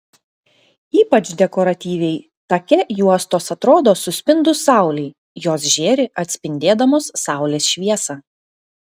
ypač dekoratyviai take juostos atrodo suspindus saulei jos žėri atspindėdamos saulės šviesą